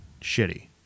shitty